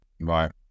Right